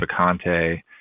Picante